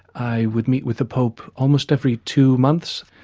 i would meet with the pope almost every two months.